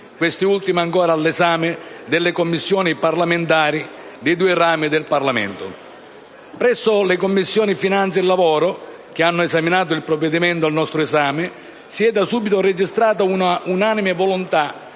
questi ultimi ancora all'esame delle Commissioni parlamentari dei due rami del Parlamento. Presso le Commissioni finanze e lavoro, che hanno esaminato il provvedimento al nostro esame, si è da subito registrata un'unanime volontà